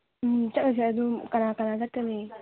ꯎꯝ ꯆꯠꯂꯨꯁꯦ ꯑꯗꯣ ꯀꯅꯥ ꯀꯅꯥ ꯆꯠꯀꯅꯤ